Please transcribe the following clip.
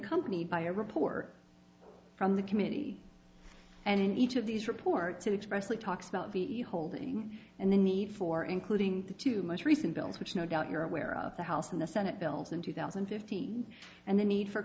accompanied by a report from the community and each of these reports expressed it talks about the holding and the need for including the two most recent bills which no doubt you're aware of the house and the senate bills in two thousand and fifteen and the need for